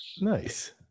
nice